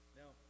now